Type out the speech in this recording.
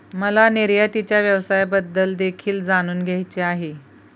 मला निर्यातीच्या व्यवसायाबद्दल देखील जाणून घ्यायचे आहे